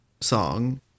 song